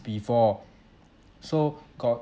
before so got